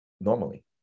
normally